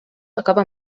acaba